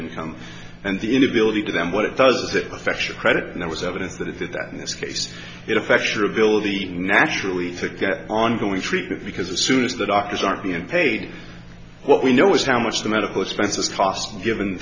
income and the inability to them what it does that affect your credit and it was evidence that it did that in this case it affects your ability naturally to get ongoing treatment because as soon as the doctors aren't being paid what we know is how much the medical expenses cost given